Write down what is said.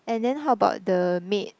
and then how about the maid